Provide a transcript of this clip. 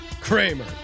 Kramer